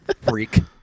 freak